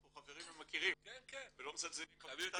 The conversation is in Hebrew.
אנחנו חברים ומכירים ולא מזלזלים ב- -- כן כן.